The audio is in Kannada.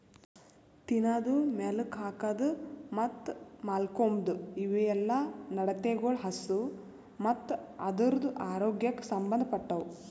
ತಿನದು, ಮೇಲುಕ್ ಹಾಕದ್ ಮತ್ತ್ ಮಾಲ್ಕೋಮ್ದ್ ಇವುಯೆಲ್ಲ ನಡತೆಗೊಳ್ ಹಸು ಮತ್ತ್ ಅದುರದ್ ಆರೋಗ್ಯಕ್ ಸಂಬಂದ್ ಪಟ್ಟವು